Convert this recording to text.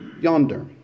yonder